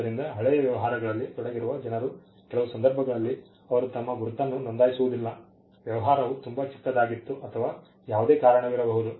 ಆದ್ದರಿಂದ ಹಳೆಯ ವ್ಯವಹಾರಗಳಲ್ಲಿ ತೊಡಗಿರುವ ಜನರು ಕೆಲವು ಸಂದರ್ಭಗಳಲ್ಲಿ ಅವರು ತಮ್ಮ ಗುರುತನ್ನು ನೋಂದಾಯಿಸುವುದಿಲ್ಲ ವ್ಯವಹಾರವು ತುಂಬಾ ಚಿಕ್ಕದಾಗಿತ್ತು ಅಥವಾ ಯಾವುದೇ ಕಾರಣವಿರಬಹುದು